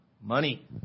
Money